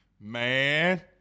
Man